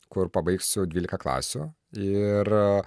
kur pabaigsiu dvylika klasių ir